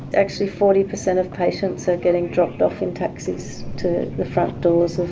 actually forty percent of patients are getting dropped off in taxis to the front doors,